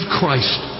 Christ